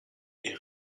est